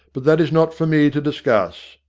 but that is not for me to discuss.